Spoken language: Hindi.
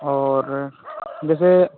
और जैसे